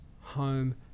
home